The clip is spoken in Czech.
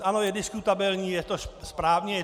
Ano je diskutabilní: Je to správně?